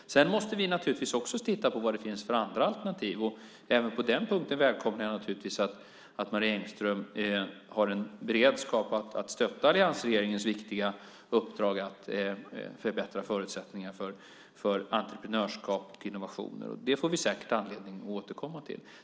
Sedan måste vi naturligtvis också titta på vad det finns för andra alternativ. Även på den punkten välkomnar jag att Marie Engström har en beredskap att stötta alliansregeringens viktiga uppdrag att förbättra förutsättningarna för entreprenörskap och innovationer. Det får vi säkert anledning att återkomma till.